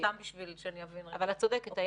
את צודקת.